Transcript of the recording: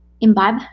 imbibe